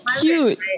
cute